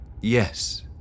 Yes